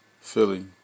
Philly